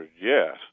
yes